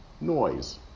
noise